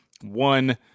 one